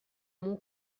mon